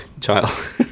child